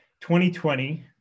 2020